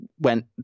went